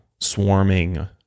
swarming